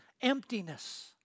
emptiness